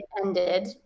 ended